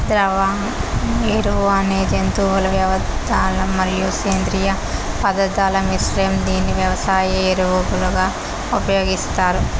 ద్రవ ఎరువు అనేది జంతువుల వ్యర్థాలు మరియు సేంద్రీయ పదార్థాల మిశ్రమం, దీనిని వ్యవసాయ ఎరువులుగా ఉపయోగిస్తారు